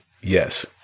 Yes